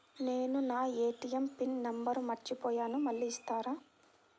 నేను నా ATM PIN number మర్చిపోయాను మళ్ళీ ఇస్తారా?